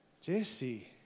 Jesse